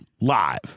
live